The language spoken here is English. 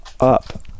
up